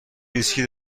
ویسکی